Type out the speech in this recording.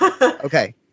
Okay